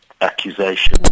accusation